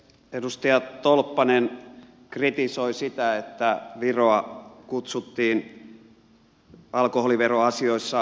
edustaja tolppanen kritisoi sitä että viroa kutsuttiin alkoholiveroasioissa veroparatiisiksi